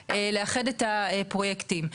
בשביל לאחד את הפרויקטים.